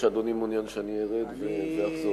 או שאדוני מעוניין שאני ארד ואחזור?